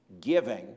giving